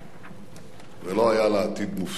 ולא היה לה עתיד מובטח.